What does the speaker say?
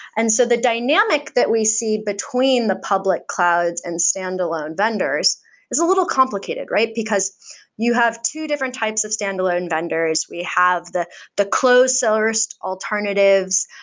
and so the dynamic that we see between the public clouds and standalone vendors is a little complicated, right? because you have two different types of standalone vendors. we have the the close sourced alternatives,